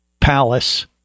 palace